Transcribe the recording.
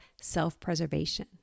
self-preservation